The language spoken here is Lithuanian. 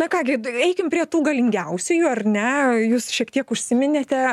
na ką gi eikim prie tų galingiausiųjų ar ne jūs šiek tiek užsiminėte